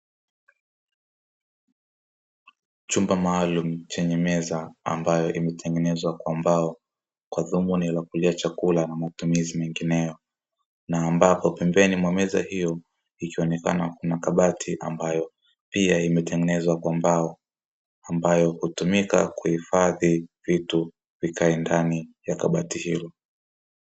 Chumba maalumu chenye meza ambayo imetengenezwa kwa mbao kwa dhumuni la kulia chakula na matumizi mengineyo, na ambapo pembeni mwa meza hiyo ikionekana kuna kabati ambayo pia imetengenezwa kwa mbao ambayo hutumika kuhifadhi vitu vikae ndani ya kabati hilo.